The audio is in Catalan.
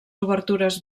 obertures